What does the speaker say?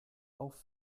auf